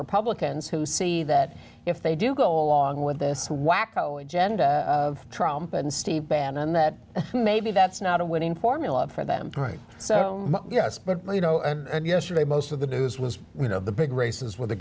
republicans who see that if they do go along with this wacko agenda of trump and steve bannon that maybe that's not a winning formula for them right so yes but you know and yesterday most of the news was you know the big races where the